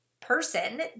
person